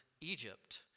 Egypt